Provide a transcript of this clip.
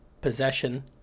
Possession